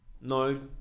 No